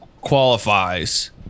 qualifies